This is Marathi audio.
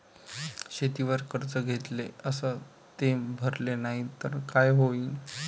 शेतीवर कर्ज घेतले अस ते भरले नाही तर काय होईन?